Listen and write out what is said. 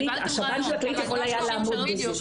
השב"ן של הכללית היה יכול היה לעמוד בזה.